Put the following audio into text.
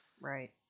Right